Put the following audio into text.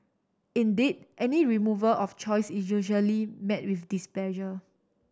indeed any removal of choice is usually met with displeasure